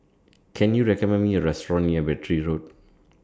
Can YOU recommend Me A Restaurant near Battery Road